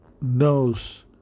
knows